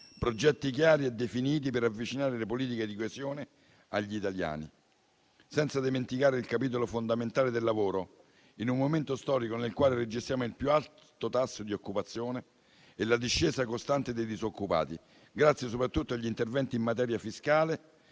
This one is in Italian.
progetti chiari e definiti per avvicinare le politiche di coesione agli italiani. Non va poi dimenticato il capitolo fondamentale del lavoro, in un momento storico nel quale registriamo il più alto tasso di occupazione e la discesa costante dei disoccupati, grazie soprattutto agli interventi in materia fiscale